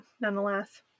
nonetheless